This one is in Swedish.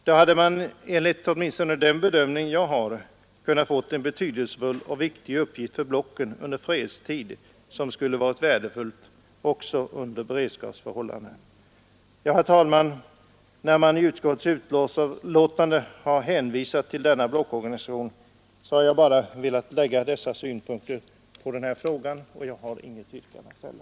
Då hade man, åtminstone enligt min bedömning, kunnat få en betydelsefull och viktig uppgift för blocken under fredstid, värdefull också under beredskapsförhållanden. Herr talman! När man i utskottets betänkande hänvisat till denna blockorganisation så har jag bara velat anföra dessa synpunkter på frågan. Jag har inget yrkande att ställa.